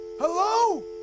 Hello